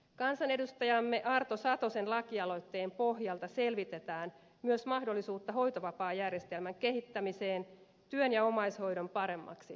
kansanedustajamme arto satosen laki aloitteen pohjalta selvitetään myös mahdollisuutta hoitovapaajärjestelmän kehittämiseen työn ja omaishoidon paremmaksi yhteensovittamiseksi